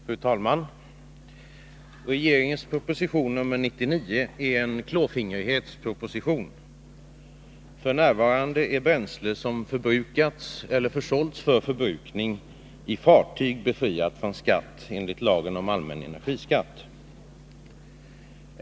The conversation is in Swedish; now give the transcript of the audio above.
Fru talman! Regeringens proposition nr 99 är en klåfingrighetsproposition. F.n. är bränsle, som förbrukats eller försålts för förbrukning i fartyg, befriat från skatt enligt lagen om allmän energiskatt.